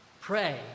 Pray